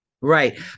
Right